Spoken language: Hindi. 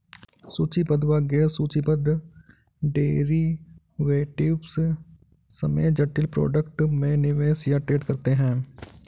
सूचीबद्ध व गैर सूचीबद्ध डेरिवेटिव्स समेत जटिल प्रोडक्ट में निवेश या ट्रेड करते हैं